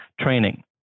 training